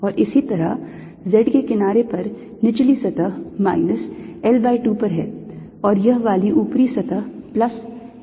और इसी तरह z के किनारे पर निचली सतह minus L by 2 पर है और यह वाली ऊपरी सतह plus L by 2 पर है